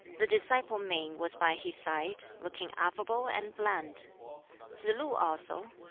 the disciple min was by his side, looking affable and bland tsz-lu also,